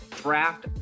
draft